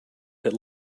that